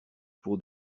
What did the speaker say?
pour